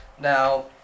Now